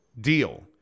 deal